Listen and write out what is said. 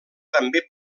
també